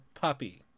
puppy